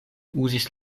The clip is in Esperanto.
uzis